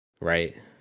right